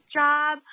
job